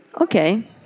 Okay